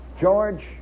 George